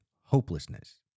hopelessness